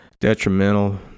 detrimental